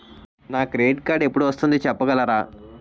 నాకు నా credit card ఎపుడు వస్తుంది చెప్పగలరా?